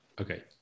okay